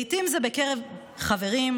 לעיתים זה בקרב חברים,